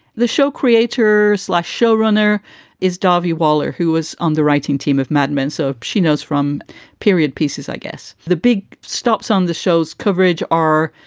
the show creator slash showrunner is davi waller, who was on the writing team of mad men. so she knows from period pieces. i guess the big stops on the show's coverage are,